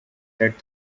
that